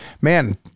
man